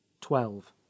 twelve